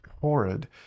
horrid